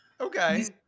Okay